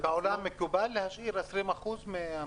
בעולם מקובל להשאיר 20 אחוזים?